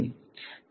source position